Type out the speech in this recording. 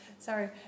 Sorry